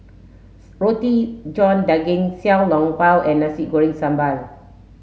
Roti John Daging Xiao Long Bao and Nasi Goreng Sambal